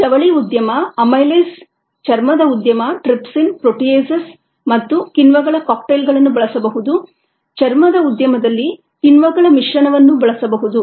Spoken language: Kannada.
ಜವಳಿ ಉದ್ಯಮ ಅಮೈಲೇಸ್ ಚರ್ಮದ ಉದ್ಯಮ ಟ್ರಿಪ್ಸಿನ್ ಪ್ರೋಟಿಯೇಸಸ್ trypsin proteases ಮತ್ತು ಕಿಣ್ವಗಳ ಕಾಕ್ಟೈಲ್ಗಳನ್ನು ಬಳಸಬಹುದು ಚರ್ಮದ ಉದ್ಯಮದಲ್ಲಿ ಕಿಣ್ವಗಳ ಮಿಶ್ರಣಗಳನ್ನು ಬಳಸಬಹುದು